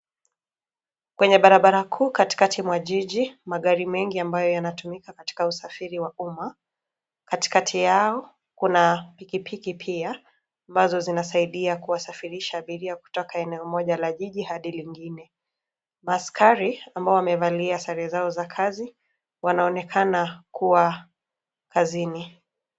Kwenye barabara kuu katikati mwa jiji, magari mengi ambayo yanatumika katika usafiri wa umma, katikati yao kuna pikipiki pia ambazo zinasaidia kuwasafirisha abiria kutoka eneo moja la jiji hadi lingine. Maskari ambao wamevalia sare zao za kazi, wanaonekana kuwa kazini.